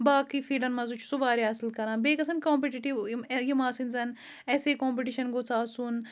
باقٕے فیٖلڈَن منٛزٕے چھِ سُہ واریاہ اَصٕل کَران بیٚیہِ گژھن کامپِٹِٹِو یِم یِم آسٕنۍ زَنہٕ اٮ۪سے کامپِٹِشَن گوٚژھ آسُن